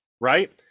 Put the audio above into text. right